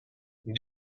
die